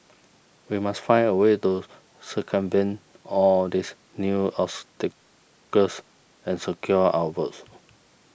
we must find a way to circumvent all these new obstacles and secure our votes